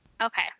Okay